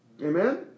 Amen